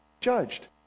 judged